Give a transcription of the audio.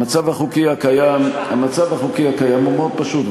המצב החוקי הקיים הוא מאוד פשוט,